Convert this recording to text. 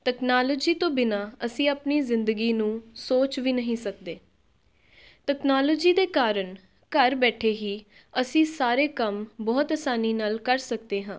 technology ਤੋਂ ਬਿਨਾਂ ਅਸੀਂ ਆਪਣੀ ਜ਼ਿੰਦਗੀ ਨੂੰ ਸੋਚ ਵੀ ਨਹੀਂ ਸਕਦੇ ਟੈਕਨੋਲੋਜੀ ਦੇ ਕਾਰਨ ਘਰ ਬੈਠੇ ਹੀ ਅਸੀਂ ਸਾਰੇ ਕੰਮ ਬਹੁਤ ਆਸਾਨੀ ਨਾਲ ਕਰ ਸਕਦੇ ਹਾਂ